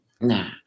Nah